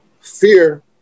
fear